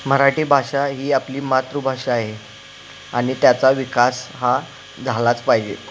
मराठी भाषा ही आपली मातृभाषा आहे आणि त्याचा विकास हा झालाच पाहिजे